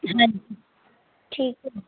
ਹਾਂਜੀ ਠੀਕ